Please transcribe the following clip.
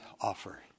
offer